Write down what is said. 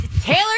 Taylor